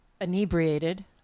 inebriated